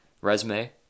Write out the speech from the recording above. resume